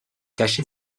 caché